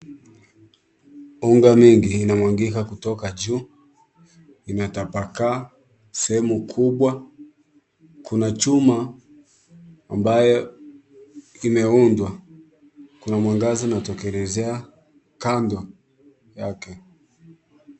Unga mingi inamwagika kutoka juu, imetapakaa sehemu kubwa. Kuna chuma ambayo imeundwa. Kuna mwangaza unatokelezea kando yake.